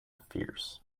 fierce